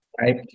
Right